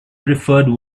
preferred